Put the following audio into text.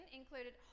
included